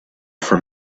for